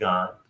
God